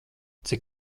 cik